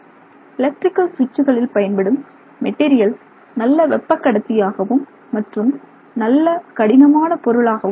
electrical சுவிட்ச்சுகளில் பயன்படும் material நல்ல வெப்பக் கடத்தியாகவும் மற்றும் நல்ல கடினமான பொருளாகவும் இருக்க வேண்டும்